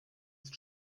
ist